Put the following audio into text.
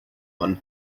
one